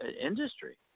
industry